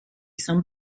son